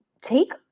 take